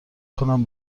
کنم